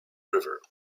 river